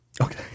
okay